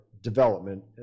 development